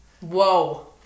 Whoa